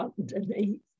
underneath